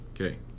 Okay